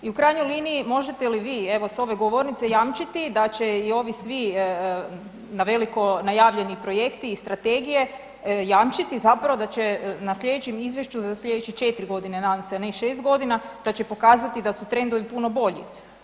I u krajnjoj liniji možete li vi evo s ove govornice jamčiti da će i ovi svi na veliko najavljeni projekti i strategije jamčiti zapravo da će na sljedećem izvješću za sljedeće četiri godine nadam se ne šest godina, da će pokazati da su trendovi puno bolji?